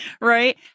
right